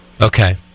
Okay